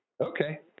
Okay